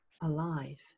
alive